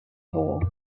hole